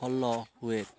ଫଲ ହୁଏ